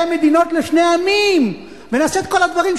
מדינות לשני עמים ונעשה את כל הדברים,